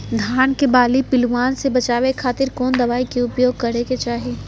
धान के बाली पिल्लूआन से बचावे खातिर कौन दवाई के उपयोग करे के चाही?